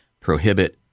prohibit